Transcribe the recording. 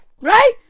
Right